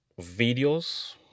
videos